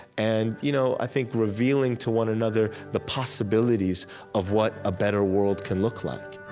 and, you know i think, revealing to one another the possibilities of what a better world can look like